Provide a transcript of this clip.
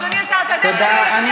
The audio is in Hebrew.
אתה יודע שאני